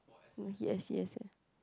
mm he s_c_s eh